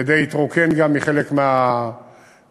וגם די התרוקן מחלק מהמנהלים,